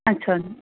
ਅੱਛਾ ਜੀ